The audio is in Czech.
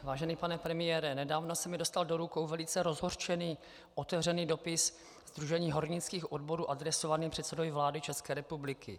Vážený pane premiére, nedávno se mi dostal do rukou velice rozhořčený otevřený dopis Sdružení hornických odborů adresovaný předsedovi vlády České republiky.